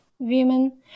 women